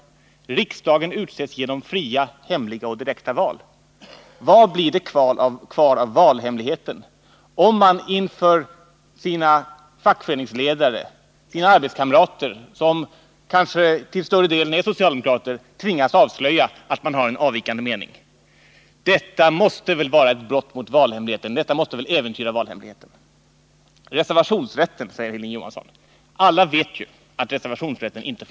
Där står: ”Riksdagen utses genom fria, hemliga och direkta val.” Vad blir det kvar av valhemligheten, om man inför sina fackföreningsledare och sina arbetskamrater, som kanske till större delen är socialdemokrater, tvingas avslöja att man har en avvikande mening? Detta måste väl äventyra valhemligheten? 27 Hilding Johansson talade om reservationsrätten, men alla vet ju att denna inte fungerar.